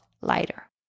lighter